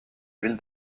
ville